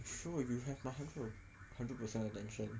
sure if you have the hundred hundred percent attention